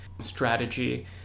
strategy